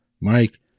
Mike